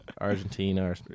Argentina